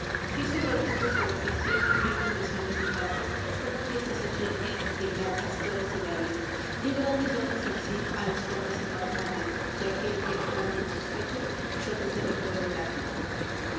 fizo el obispo su oficio dió bendiciones y paces hubo fiestas ocho días de cañas toros y bailes dió grandes dones el cid á los condes y magnates que aquel ques grande en sus fechos suele ser en todo grande